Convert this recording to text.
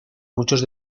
muchos